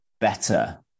better